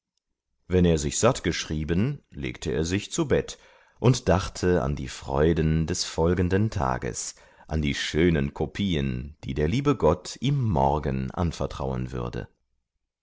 wenn er sich satt geschrieben legte er sich zu bett und dachte an die freuden des folgenden tages an die schönen kopien die der liebe gott ihm morgen anvertrauen würde